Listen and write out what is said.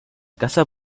casa